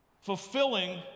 fulfilling